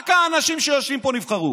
רק האנשים שיושבים פה נבחרו